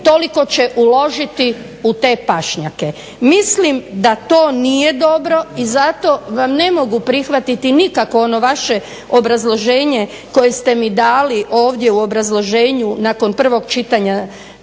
toliko će uložiti u te pašnjake. Mislim da to nije dobro i zato vam ne mogu prihvatiti nikako ono vaše obrazloženje koje ste mi dali ovdje u obrazloženju nakon prvog čitanja